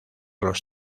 los